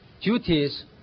duties